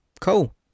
Cool